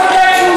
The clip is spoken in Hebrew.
ערוץ 2?